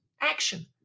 action